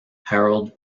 harold